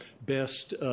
best